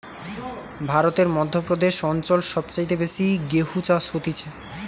ভারতের মধ্য প্রদেশ অঞ্চল সব চাইতে বেশি গেহু চাষ হতিছে